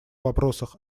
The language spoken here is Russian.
вопросах